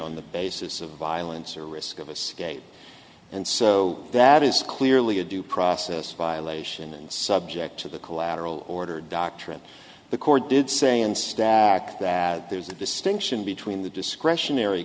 on the basis of a vial it's a risk of a state and so that is clearly a due process violation and subject to the collateral order doctrine the court did say in stack that there's a distinction between the discretionary